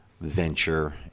venture